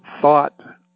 thought